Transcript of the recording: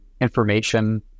information